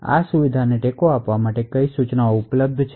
આ સુવિધાઓને ટેકો આપવા માટે કઈ ઇન્સટ્રક્શનશ ઉપલબ્ધ છે